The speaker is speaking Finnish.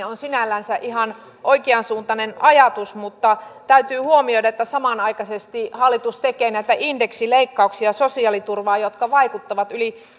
on sinällänsä ihan oikeansuuntainen ajatus mutta täytyy huomioida että samanaikaisesti hallitus tekee näitä indeksileikkauksia sosiaaliturvaan jotka vaikuttavat yli